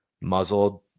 muzzled